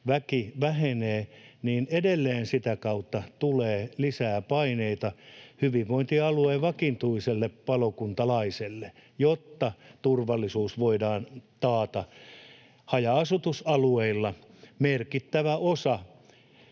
väki vähenee, niin edelleen sitä kautta tulee lisää paineita hyvinvointialueen vakituiselle palokuntalaiselle, jotta turvallisuus voidaan taata. Haja-asutusalueilla merkittävä osa